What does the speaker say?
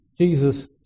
Jesus